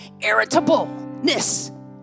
Irritableness